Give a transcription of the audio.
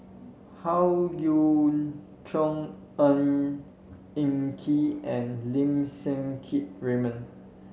Howe Yoon Chong Ng Eng Kee and Lim Siang Keat Raymond